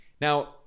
Now